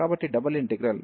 కాబట్టి double integral